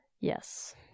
Yes